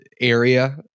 area